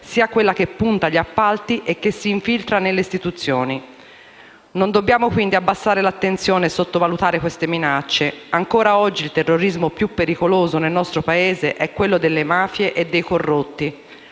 sia quella che punta agli appalti e che si infiltra nelle istituzioni. Non dobbiamo quindi abbassare il livello di attenzione e sottovalutare queste minacce. Ancora oggi il terrorismo più pericoloso nel nostro Paese è quello delle mafie e dei corrotti.